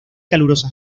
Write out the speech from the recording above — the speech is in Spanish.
calurosa